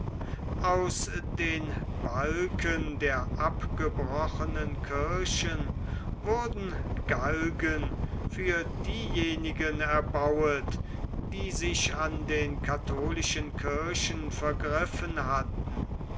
aus den balken der abgebrochenen kirchen wurden galgen für diejenigen erbaut die sich an den katholischen kirchen vergriffen hatten